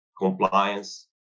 compliance